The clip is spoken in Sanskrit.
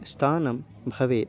स्थानं भवेत्